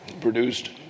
produced